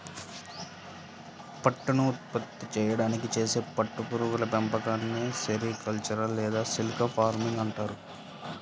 పట్టును ఉత్పత్తి చేయడానికి చేసే పట్టు పురుగుల పెంపకాన్ని సెరికల్చర్ లేదా సిల్క్ ఫార్మింగ్ అంటారు